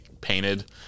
painted